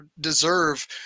deserve